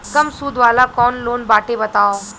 कम सूद वाला कौन लोन बाटे बताव?